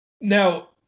now